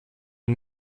den